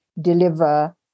deliver